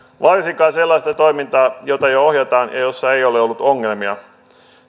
varsinkaan sellaista toimintaa jota jo ohjataan ja jossa ei ole ollut ongelmia